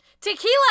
Tequila